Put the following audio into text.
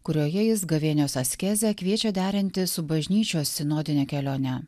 kurioje jis gavėnios askezę kviečia derinti su bažnyčios sinodinę kelionę